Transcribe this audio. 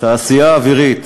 התעשייה האווירית,